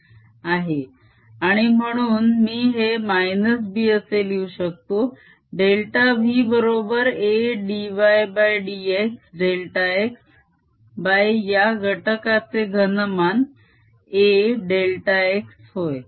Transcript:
अनिम्हणून मी हे -B असे लिहू शकतो डेल्टा v बरोबर A dydx डेल्टा x या घटकाचे घनमान A डेल्टा x होय